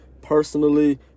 personally